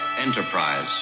Enterprise